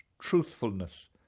truthfulness